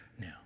Now